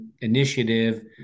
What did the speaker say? initiative